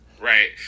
Right